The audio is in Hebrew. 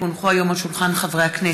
כי הונחו היום על שולחן הכנסת,